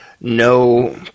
no